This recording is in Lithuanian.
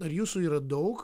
ar jūsų yra daug